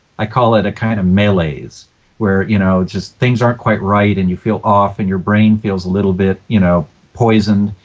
i call it a kind of malaise where you know things aren't quite right and you feel off and your brain feels a little bit you know poisoned.